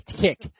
kick